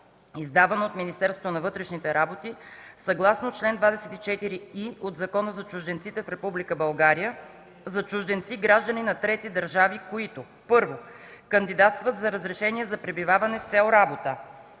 издавано от Министерството на вътрешните работи съгласно чл. 24и от Закона за чужденците в Република България, за чужденци – граждани на трети държави, които: 1. кандидатстват за разрешение за пребиваване с цел работа;